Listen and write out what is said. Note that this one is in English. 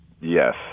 yes